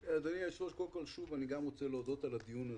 אדוני, גם אני רוצה להודות על הדיון הזה.